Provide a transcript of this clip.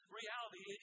reality